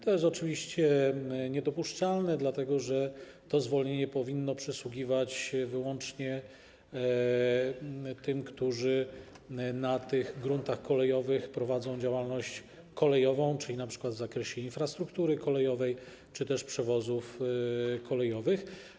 To jest oczywiście niedopuszczalne, dlatego że to zwolnienie powinno przysługiwać wyłącznie tym, którzy na tych gruntach kolejowych prowadzą działalność kolejową, czyli np. w zakresie infrastruktury kolejowej czy też przewozów kolejowych.